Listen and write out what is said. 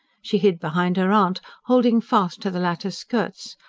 she hid behind her aunt, holding fast to the latter's skirts,